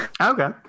Okay